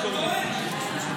אתה טועה.